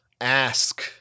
ask